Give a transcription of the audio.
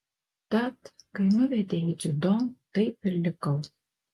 tad kai nuvedė į dziudo taip ir likau